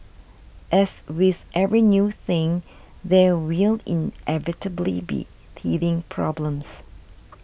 as with every new thing there will inevitably be teething problems